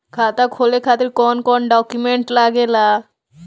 खाता खोले खातिर कौन कौन डॉक्यूमेंट लागेला?